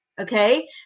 Okay